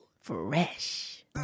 Fresh